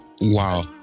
wow